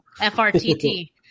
F-R-T-T